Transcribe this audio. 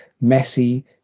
messy